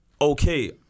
okay